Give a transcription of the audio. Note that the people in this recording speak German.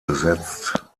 besetzt